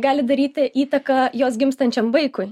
gali daryti įtaką jos gimstančiam vaikui